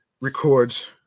records